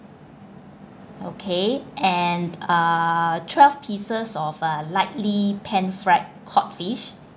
okay and uh twelve pieces of uh lightly pan fried cod fish